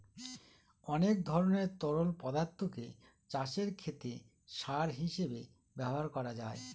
অনেক ধরনের তরল পদার্থকে চাষের ক্ষেতে সার হিসেবে ব্যবহার করা যায়